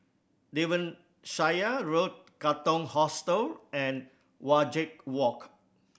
Devonshire Road Katong Hostel and Wajek Walk